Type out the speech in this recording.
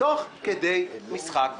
תוך כדי משחק.